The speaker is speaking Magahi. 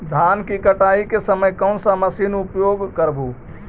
धान की कटाई के समय कोन सा मशीन उपयोग करबू?